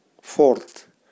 Fourth